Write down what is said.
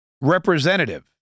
Representative